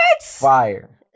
Fire